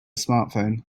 smartphone